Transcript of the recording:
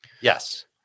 Yes